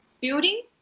building